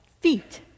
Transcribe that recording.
Feet